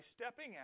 stepping